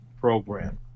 program